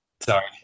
Sorry